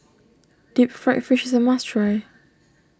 Deep Fried Fish is a must try